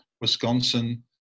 Wisconsin